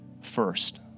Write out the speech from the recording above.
first